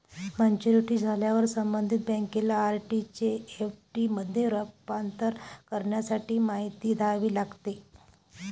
maturity झाल्यावर संबंधित बँकेला आर.डी चे एफ.डी मध्ये रूपांतर करण्यासाठी माहिती द्यावी लागते